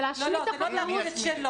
זה להשמיד את החקלאות.